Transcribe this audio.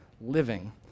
living